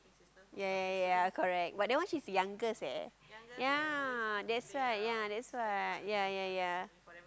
ya ya ya ya correct but that one she's youngest eh ya that's why ya that's why ya ya ya